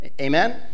Amen